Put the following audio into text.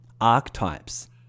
archetypes